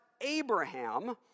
Abraham